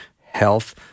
health